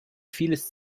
vieles